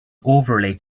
overlay